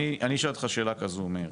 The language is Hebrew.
אני אשאל אותך שאלה כזו, מאיר.